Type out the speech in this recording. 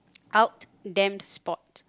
out damned spot